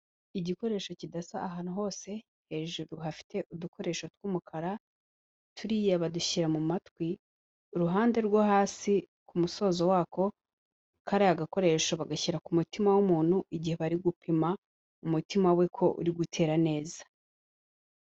Igikoresho kidasa ahantu hose, hejuru hafite udukoresho tw'umukara, turiya badushyira mu matwi, uruhande rwo hasi ku musozo wako, kariya gakoresho bagashyira ku mutima w'umuntu igihe bari gupima umutima we ko uri gutera neza.